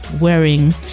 wearing